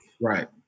Right